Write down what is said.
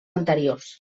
anteriors